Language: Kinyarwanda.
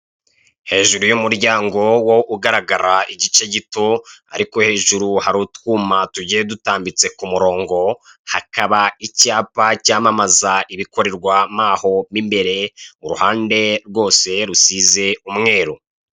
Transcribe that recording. Hejuru y'umuryango wo ugaragara igice gito ariko hejuru hari utwuma tugiye tudambitse ku murongo, hakaba icyapa cyamamaza ibikorerwamo aho mo imbere, uruhande rwose rusize umweru.